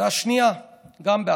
והשנייה גם,